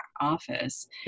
office